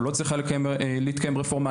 או לא צריכה להתקיים רפורמה,